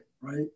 right